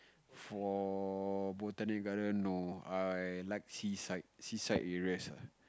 for Botanic Garden no I like seaside seaside areas ah